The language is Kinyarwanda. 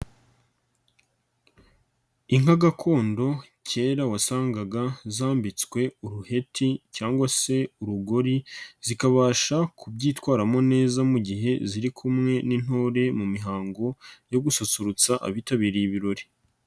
Inka gakondo kera wasangaga zambitswe uruheti cyangwa se urugori zikabasha kubyitwaramo neza mu gihe ziri kumwe n'intore mu mihango yo gususurutsa abitabiriye ibirori.